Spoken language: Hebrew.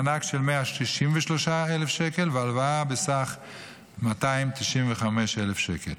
מענק של 163,000 שקל והלוואה בסך 295,000 שקל,